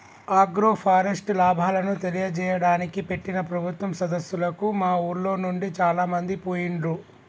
agroforest లాభాలను తెలియజేయడానికి పెట్టిన ప్రభుత్వం సదస్సులకు మా ఉర్లోనుండి చాలామంది పోయిండ్లు